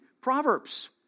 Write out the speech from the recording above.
Proverbs